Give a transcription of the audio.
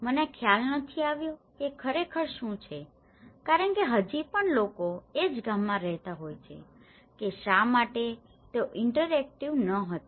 મને ખ્યાલ નથી આવ્યો કે ખરેખર શું છે કારણ કે હજી પણ લોકો એક જ ગામમાં રહેતા હોય છે કે શા માટે તેઓ ઇન્ટરેક્ટિવ ન હતા